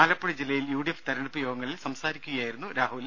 ആലപ്പുഴ ജില്ലയിൽ യുഡിഎഫ് തെരഞ്ഞെടുപ്പ് യോഗങ്ങളിൽ സംസാരിക്കുകയായിരുന്നു രാഹുൽ